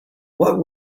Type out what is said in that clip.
what